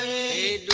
a